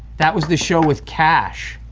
that was the show with kash.